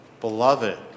beloved